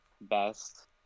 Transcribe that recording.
best